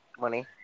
Money